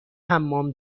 حمام